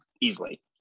easily